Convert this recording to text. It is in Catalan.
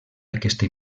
aquesta